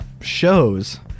shows